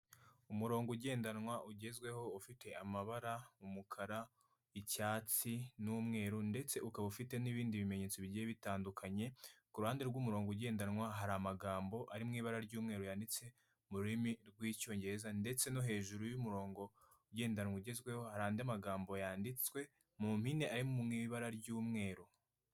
Umurongo ugendanwa ugezweho ufite amabara umukara, icyatsi n'umweru ndetse ukaba ufite n'ibindi bimenyetso bigiye bitandukanye, ku ruhande rw'umurongo ugendanwa hari amagambo ari mu ibara ry'umweru yanditse mu rurimi rw'icyongereza ndetse no hejuru y'umurongo ugendanwa ugezweho hari andi magambo yanditswe mu mpine ari mu ibara ry'umweru.